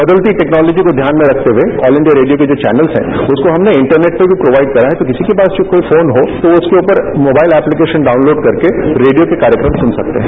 बदलती टेक्नोलॉजी को ध्यान में रखर्ते हुए ऑल इंडिया रेडियो के जो चैनल हैं उसको हमने इंटरनेट पर भी प्रोवाइड कराया है तो किसी के पास जो कोई फोन हो तो उसके ऊपर मोबाइल ऐप्लीकेशन डॉउनलोड करके रेडियो के कार्यक्रम सुन सकते हैं